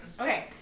okay